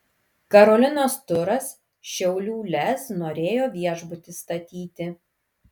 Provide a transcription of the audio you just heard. karolinos turas šiaulių lez norėjo viešbutį statyti